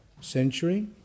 Century